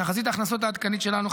תחזית ההכנסות העדכנית שלנו,